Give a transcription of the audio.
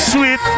Sweet